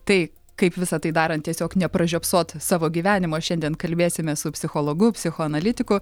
tai kaip visa tai daran tiesiog nepražiopsot savo gyvenimo šiandien kalbėsime su psichologu psichoanalitiku